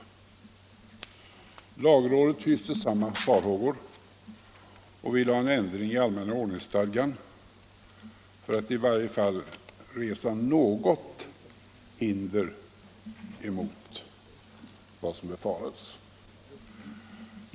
Lagrådet hyste samma farhågor och ville ha ändring i allmänna ordningsstadgan för att i varje fall resa något hinder mot vad som befarades.